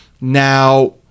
now